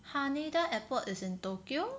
Haneda airport is in Tokyo